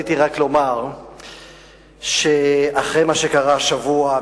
רציתי רק לומר שאחרי מה שקרה השבוע,